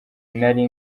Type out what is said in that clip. nari